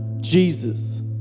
Jesus